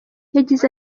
yagize